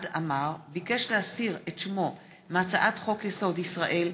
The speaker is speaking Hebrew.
עמאר ביקש להסיר את שמו מהצעת חוק-יסוד: ישראל,